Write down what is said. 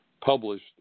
published